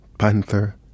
panther